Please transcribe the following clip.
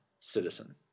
citizen